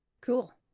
Cool